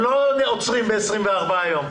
הם לא עוצרים ב-24 יום.